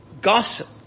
gossip